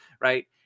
Right